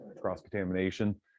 cross-contamination